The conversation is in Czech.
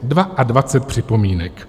Dvaadvacet připomínek!